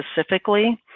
specifically